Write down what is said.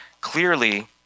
clearly